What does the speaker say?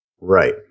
Right